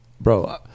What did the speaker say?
bro